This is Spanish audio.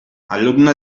alumna